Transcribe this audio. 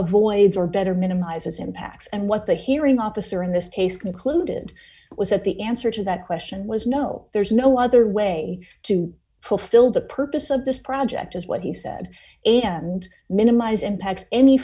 avoids or better minimizes impacts and what the hearing officer in this case concluded was that the answer to that question was no there's no other way to fulfilled the purpose of this project is what he said am and minimize impacts any